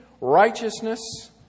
righteousness